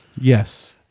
Yes